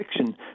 fiction